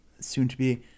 soon-to-be